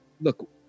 look